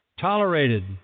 tolerated